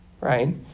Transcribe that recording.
right